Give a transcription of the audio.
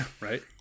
right